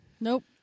Nope